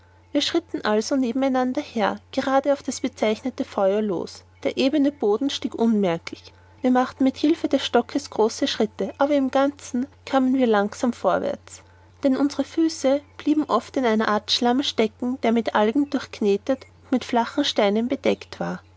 wir schritten also neben einander her gerade auf das bezeichnete feuer los der ebene boden stieg unmerklich wir machten mit hilfe des stockes große schritte aber im ganzen kamen wir langsam vorwärts denn unsere füße blieben oft in einer art schlamm stecken der mit algen durchknetet und mit flachen steinen bedeckt war